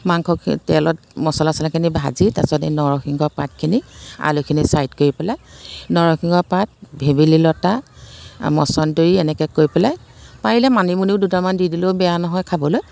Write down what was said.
মাংসখি তেলত মচলা চচলাখিনি ভাজি তাৰ পাছত এই নৰসিংহ পাতখিনি আলুখিনি চউট কৰি পেলাই নৰসিংহ পাত ভেবেলী লতা আৰু মচন্দৰী এনেকৈ কৰি পেলাই পাৰিলে মানিমুনিও দুটামান দি দিলেও বেয়া নহয় খাবলৈ